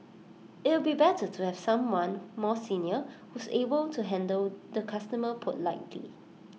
it'll be better to have someone more senior who's able to handle the customer politely